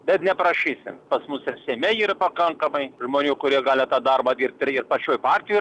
bet ne prašysim pas mus ir seime yra pakankamai žmonių kurie gali tą darbą dirbt ir pačioj partijoj yra